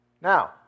Now